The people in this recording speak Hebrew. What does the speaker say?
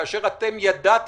כאשר אתם ידעתם,